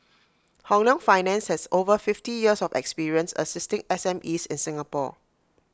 Hong Leong finance has over fifty years of experience assisting S M Es in Singapore